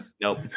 nope